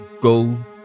go